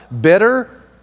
bitter